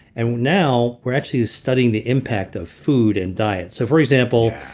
and now we're actually studying the impact of food and diet so for example,